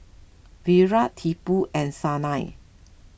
Virat Tipu and Sanal